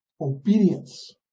Obedience